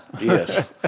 Yes